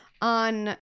on